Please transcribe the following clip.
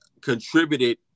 contributed